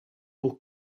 pour